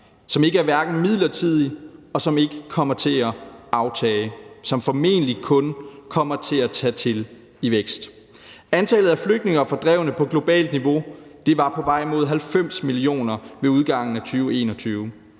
som hverken er midlertidig eller kommer til at aftage, men formentlig kun kommer til at tage til i vækst. Antallet af flygtninge og fordrevne på globalt niveau var på vej mod 90 millioner ved udgangen af 2021.